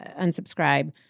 unsubscribe